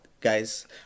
guys